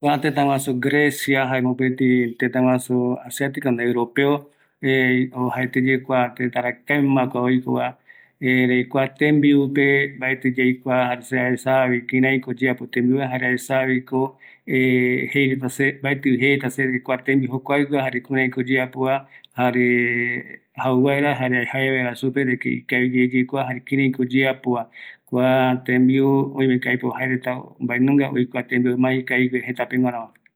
Kua tëtä grecia, arakaeguemava, jërakua tuisape, ëreïko jaereta oesauka tembiuretava, mbaetɨ yaikua, jare jae vaera mbaenunga tembiuko jae reta ikavi oesaukava, jaeramo mbaetɨvi jaesa kïraïko jae reta oyapova